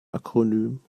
akronym